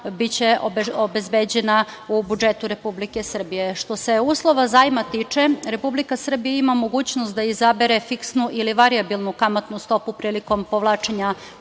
biće obezbeđena u budžetu Republike Srbije. Što se uslova zajma tiče, Republika Srbija ima mogućnost da izabere fiksnu ili varijabilnu kamatnu stopu prilikom povlačenja